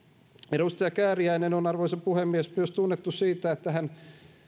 edustaja kääriäinen on arvoisa puhemies myös tunnettu siitä että hän